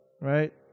right